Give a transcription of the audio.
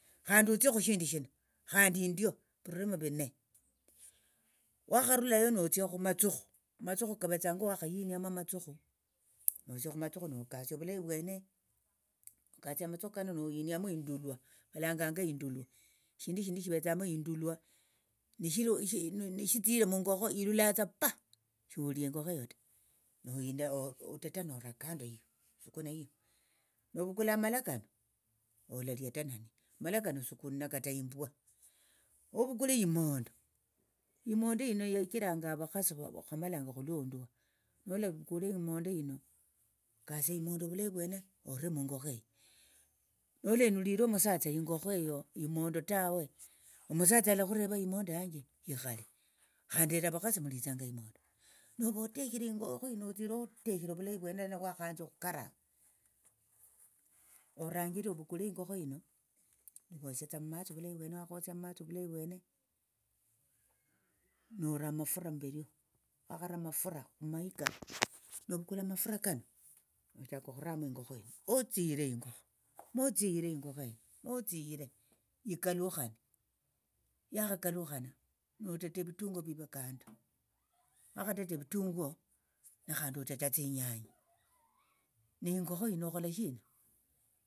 Khandi otsie khushindi shino khandi endio virulemo vine wakharulayo notsi khumathukhu mathukhu kavetsanga wakhahiniamo amathukhu notsia khumathukhu nokasia ovulayi vwene nokasia amathukhu kano nohiniamo indulwa valanganga indulwa shindu shindi shivetsamo indulwa nishitsire mungokho ilulatsa pa sholia ingokho eyo ta oteta nora kando iyo osukuna iyo ovukula amala kano olalia ta nani amala sukuna kata imbwa ovukule imondo imondo hino yachiranga avakhasi khwamalanga khulondwa nolavukule imondo kasia imondo ovulayi vwene ore mungokho eyo nolenulira omusatsa ingokho eyo imondo tawe omusatsa alakhureva imondo yanje ikhale khandi lero avakhasi mulitsanga imondo nova noteshere ingokho yino otsire oteshere ovulayi vwene wakhanza okhukaranga oranjire ovukule ingokho yino wosiatsa mumatsi ovulayi vwene nora amafura mberio wakhara amafura khumaika novukula amafura kano nochaka okhuramo ingokho yino otsiyire ingokho motsiyire eyo motsiyire ikalukhane yakhakalukhana noteta evitunguo vivyo kando wakhateta evitunguo nekhandi oteta tsinyanya neingokho yino okhola shina.